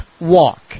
Walk